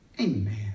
Amen